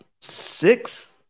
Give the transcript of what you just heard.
Six